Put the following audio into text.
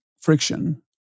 friction